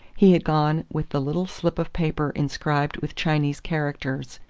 he had gone with the little slip of paper inscribed with chinese characters,